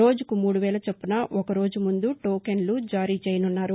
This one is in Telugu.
రోజుకు మూడు వేల చొప్పున ఒక రోజు ముందు టోకెన్లు జారీ చేయనున్నారు